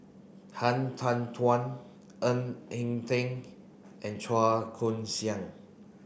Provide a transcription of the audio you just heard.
Han Tan Ng Eng Teng and Chua Koon Siong